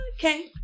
Okay